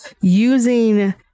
using